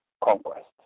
conquest